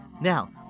Now